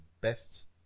best